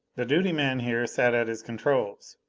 the duty man here sat at his controls,